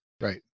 right